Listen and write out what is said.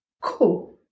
cool